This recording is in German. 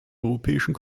europäischen